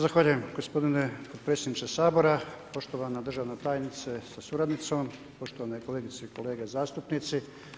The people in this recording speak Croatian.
Zahvaljujem gospodine potpredsjedniče Sabora, poštovana državna tajnice sa suradnicom, poštovane kolegice i kolege zastupnici.